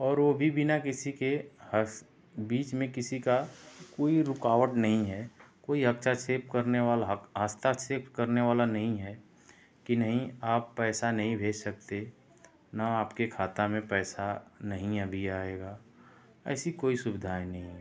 और वो भी बिना किसी के हस बीच में किसी का कोई रुकावट नहीं है कोई हस्तक्षेप करने वाला हस्तक्षेप करनेवाला नहीं है की नहीं आप पैसा नहीं भेज सकते न आपके खाता में पैसा नहीं अभी आएगा ऐसी कोई सुविधाएँ नहीं हुई हैं